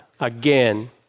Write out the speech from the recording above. again